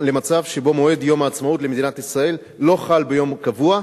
שבו מועד יום העצמאות למדינת ישראל לא חל ביום קבוע,